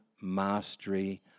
mastery